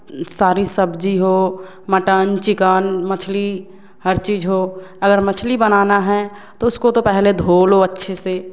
सारी सब्जी हो मटन चिकन मछली हर चीज़ हो अगर मछली बनाना है तो उसको तो पहले धो लो अच्छे से